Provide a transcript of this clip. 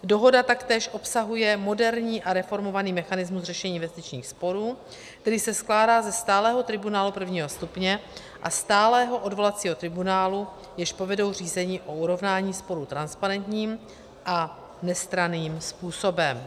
Dohoda taktéž obsahuje moderní a reformovaný mechanismus řešení investičních sporů, který se skládá ze stálého tribunálu prvního stupně a stálého odvolacího tribunálu, jež povedou řízení o urovnání sporu transparentním a nestranným způsobem.